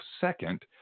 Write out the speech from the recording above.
second